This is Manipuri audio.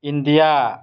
ꯏꯟꯗꯤꯌꯥ